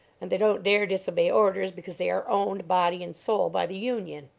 and they don't dare disobey orders, because they are owned, body and soul, by the union.